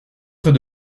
près